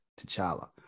t'challa